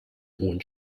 hohen